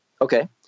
Okay